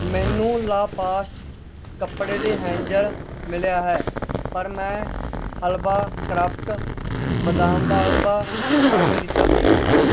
ਮੈਨੂੰ ਲਾਪਾਸਟ ਕੱਪੜੇ ਦੇ ਹੈਂਜਰ ਮਿਲਿਆ ਹੈ ਪਰ ਮੈਂ ਹਲਵਾ ਕਰਾਫਟ ਬਦਾਮ ਦਾ ਹਲਵਾ ਆਰਡਰ ਕੀਤਾ ਸੀ